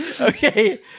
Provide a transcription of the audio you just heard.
Okay